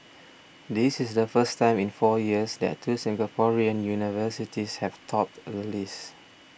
this is the first time in four years that two Singaporean universities have topped the list